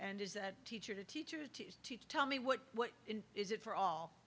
and is that teacher to teachers teach tell me what what is it for all